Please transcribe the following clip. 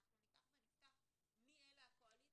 אם ניקח ונפתח מי הקואליציה,